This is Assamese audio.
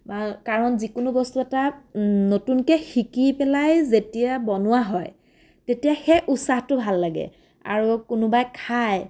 বা কাৰণ যিকোনো বস্তু এটা নতুনকৈ শিকি পেলাই যেতিয়া বনোৱা হয় তেতিয়া সেই উৎসাহটো ভাল লাগে আৰু কোনোবাই খায়